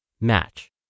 Match